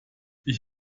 ich